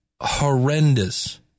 horrendous